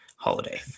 Holiday